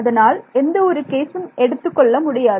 அதனால் எந்த ஒரு கேசும் எடுத்துக்கொள்ள முடியாது